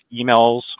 emails